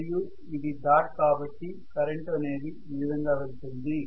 మరియు ఇది డాట్ కాబట్టి కరెంటు అనేది ఈ విధంగా వెళ్తుంది